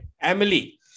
Emily